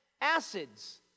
acids